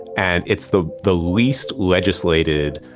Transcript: and it's the the least legislated,